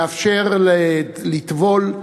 המאפשרת לטבול,